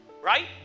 Right